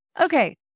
Okay